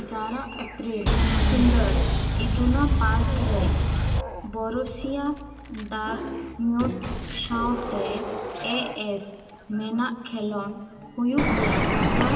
ᱮᱜᱟᱨᱚ April Signal Iduna park ᱨᱮ Borussia Dortmund ᱥᱟᱶᱛᱮ ᱮ ᱮᱥ ᱢᱳᱱᱟᱠᱟᱜ ᱠᱷᱮᱞᱳᱸᱰ ᱦᱩᱭᱩᱜ ᱨᱮᱭᱟᱜ ᱠᱟᱛᱷᱟ